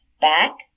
back